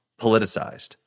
politicized